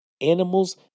Animals